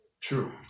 true